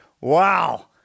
wow